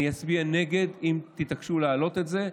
אני אצביע נגד אם תתעקשו להעלות את זה,